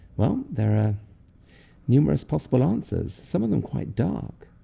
well, there are numerous possible answers, some of them quite dark.